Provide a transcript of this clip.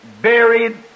buried